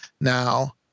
now